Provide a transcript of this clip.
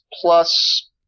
plus